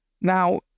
Now